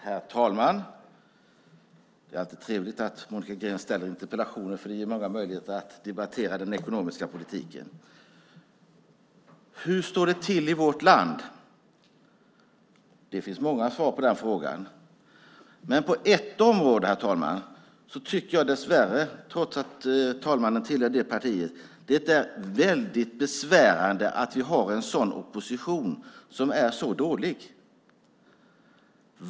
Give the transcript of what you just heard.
Herr talman! Det är alltid trevligt att Monica Green ställer interpellationer, för det ger många möjligheter att debattera den ekonomiska politiken. Hur står det till i vårt land? Det finns många svar på den frågan. Men dessvärre, herr talman, tycker jag - trots att talmannen tillhör det partiet - att det är väldigt besvärande att vi har en opposition som är så dålig.